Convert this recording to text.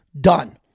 Done